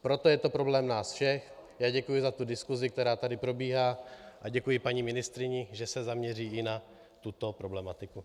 Proto je to problém nás všech a já děkuji za diskusi, která tady probíhá, a děkuji paní ministryni, že se zaměří i na tuto problematiku.